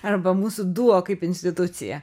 arba mūsų duo kaip institucija